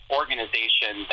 organization